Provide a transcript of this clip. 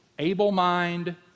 Able-mind